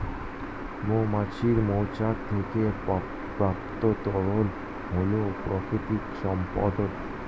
মৌমাছির মৌচাক থেকে প্রাপ্ত তরল হল প্রাকৃতিক সম্পদ